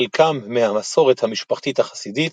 חלקם מהמסורת המשפחתית החסידית,